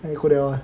and you